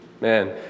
Man